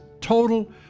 total